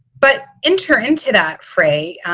but enter into that fray,